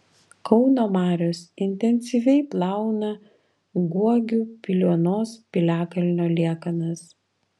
kauno marios intensyviai plauna guogių piliuonos piliakalnio liekanas